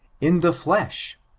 in the jlesh,